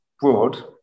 broad